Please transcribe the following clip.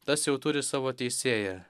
tas jau turi savo teisėją